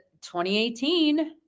2018